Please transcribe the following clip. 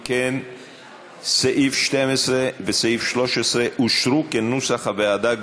אם כן, סעיף 12 וסעיף 13 אושרו כנוסח הוועדה.